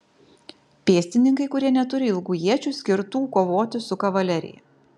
pėstininkai kurie neturi ilgų iečių skirtų kovoti su kavalerija